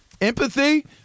empathy